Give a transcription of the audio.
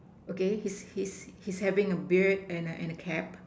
okay he's he's he's having a beard and a and a cap